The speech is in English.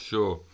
Sure